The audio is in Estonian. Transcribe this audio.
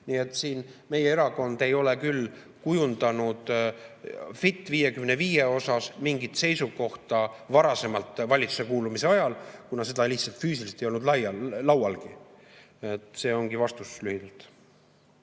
Meie erakond ei ole küll kujundanud "Fit 55" kohta mingit seisukohta varasemalt, valitsusse kuulumise ajal, kuna seda lihtsalt füüsiliselt ei olnud laualgi. See ongi vastus lühidalt.